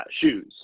shoes